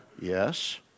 Yes